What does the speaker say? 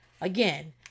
Again